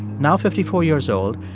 now fifty four years old,